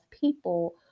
people